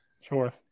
Sure